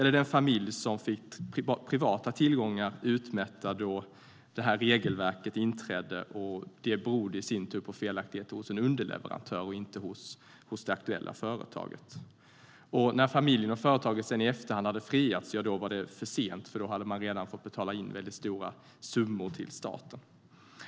En familj fick sina privata tillgångar utmätta då regelverket infördes. Det berodde på felaktigheter hos en underleverantör, inte hos det aktuella företaget. När familjen och företaget friades i efterhand var det för sent, för då hade de redan fått betala in stora summor till staten.